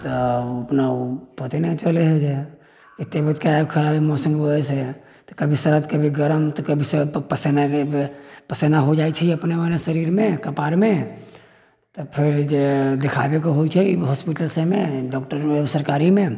तऽ अपना पते नहि चलैत है जे तबियत खराब होइ है मौसम के वजह से तऽ कभी शरद तऽ कभी गरम तऽ कभी पसीना रहै पसीना हो जाइ छै अपना मोने शरीर मे कपार मे तऽ फेर जे देखाबै के होइ छै हॉस्पिटल सभमे डॉक्टर सरकारी मे